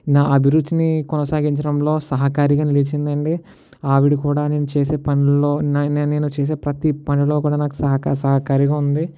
నా అభిరుచిని కొనసాగించడంలో సహకారిగా నిలిచిందండి ఆవిడ కూడా నేను చేసే పనుల్లో నా నేను చేసే ప్రతి పనిలో కూడా నాకు సహక సహకారిగా ఉంది